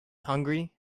hungry